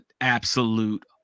absolute